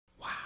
Wow